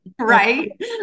right